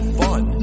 fun